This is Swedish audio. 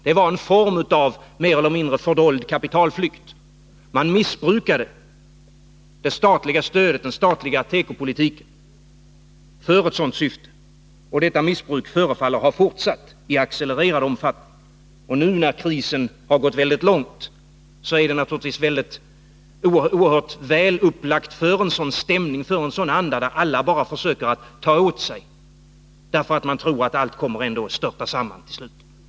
Det var en form av mer eller mindre dold kapitalflykt. Man missbrukade det statliga stödet, den statliga tekopolitiken, för ett sådant syfte. Detta missbruk förefaller ha fortsatt i accelererad omfattning. Och nu när krisen har gått långt är det naturligtvis oerhört väl upplagt för en sådan anda, där alla bara försöker ta åt sig därför att man tror att allt ändå kommer att störta samman till slut.